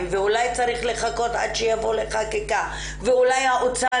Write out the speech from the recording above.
ואולי צריך לחכות עד שיבוא לחקיקה ואולי האוצר